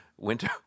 winter